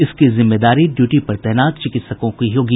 इसकी जिम्मेवारी ड्यूटी पर तैनात चिकित्सकों की होगी